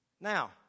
Now